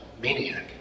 maniac